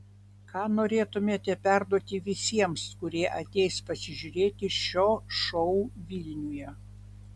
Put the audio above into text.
ką norėtumėte perduoti visiems kurie ateis pasižiūrėti šio šou vilniuje